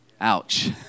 Ouch